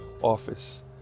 office